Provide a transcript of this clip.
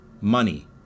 money